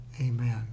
Amen